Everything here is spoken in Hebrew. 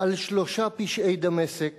"על שלֹשה פשעי דמשק